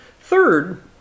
Third